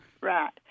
Right